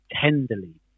Tenderly